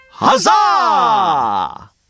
Huzzah